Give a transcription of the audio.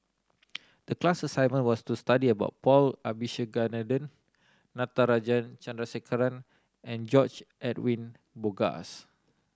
the class assignment was to study about Paul Abisheganaden Natarajan Chandrasekaran and George Edwin Bogaars